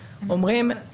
אומרים,